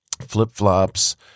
flip-flops